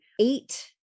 eight